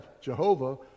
Jehovah